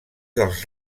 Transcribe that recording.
dels